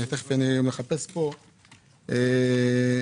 שאלתי האם יש עוד תקנים, והאם